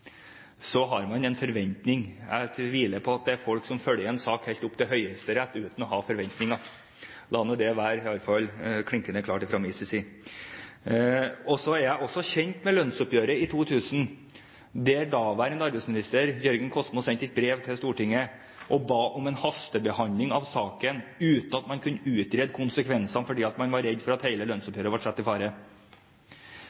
en forventning. Jeg tør tvile på at det er folk som følger en sak helt opp til Høyesterett uten å ha forventninger. La det iallfall være klinkende klart fra min side. Så er jeg også kjent med lønnsoppgjøret i 2000, da daværende arbeidsminister Jørgen Kosmo sendte et brev til Stortinget og ba om en hastebehandling av saken uten at man kunne utrede konsekvensene, fordi man var redd for at